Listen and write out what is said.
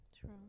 True